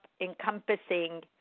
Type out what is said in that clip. encompassing